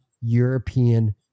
European